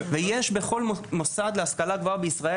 ויש בכל מוסד להשכלה גבוהה בישראל,